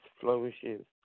flourishes